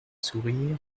sourires